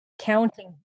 counting